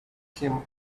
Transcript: him